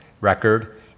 record